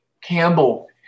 Campbell